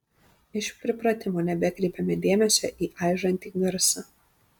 iš pripratimo nebekreipėme dėmesio į aižantį garsą